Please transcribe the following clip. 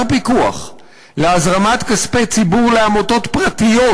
פיקוח להזרמת כספי ציבור לעמותות פרטיות,